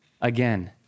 again